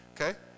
Okay